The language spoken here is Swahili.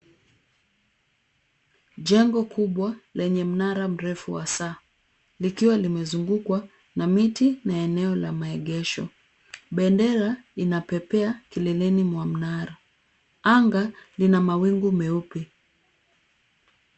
Jengo kubwa lenye mnara mrefu wa saa likiwa limezungukwa na miti na maeneo ya maegesho. Bendera inapepea kileleni mwa minara . Anga lina mawingu meupe.